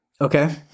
Okay